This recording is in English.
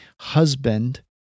husband